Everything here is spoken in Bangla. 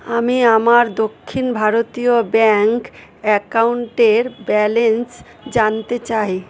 আমি আমার দক্ষিণ ভারতীয় ব্যাঙ্ক অ্যাকাউন্টের ব্যালেন্স জানতে চাই